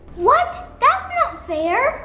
what, that's not fair!